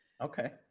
Okay